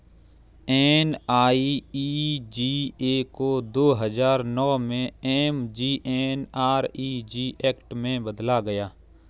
NREGA को दो हजार नौ में एम.जी.एन.आर.इ.जी एक्ट में बदला गया